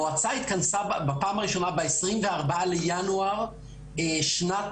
המועצה התכנסה בפעם הראשונה ב-24 בינואר 2021,